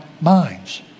minds